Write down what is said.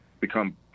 become